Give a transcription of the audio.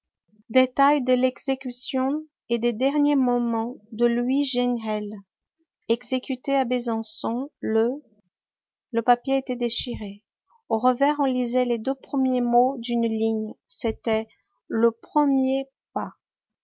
détails de l'exécution et des derniers moments de louis jenrel exécuté à besançon le le papier était déchiré au revers on lisait les deux premiers mots d'une ligne c'étaient le premier pas